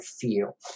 feel